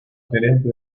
gerente